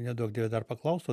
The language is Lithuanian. neduok dieve dar paklaustų